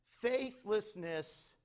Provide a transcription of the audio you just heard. Faithlessness